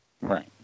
Right